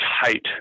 tight